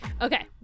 okay